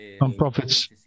non-profits